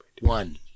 one